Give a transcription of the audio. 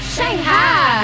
Shanghai